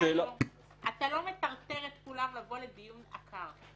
ההוגנות אומרת שאם אתה יודע --- אתה לא מטרטר את כולם לבוא לדיון עקר.